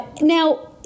Now